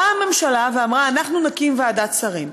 באה הממשלה ואמרה: אנחנו נקים ועדת שרים.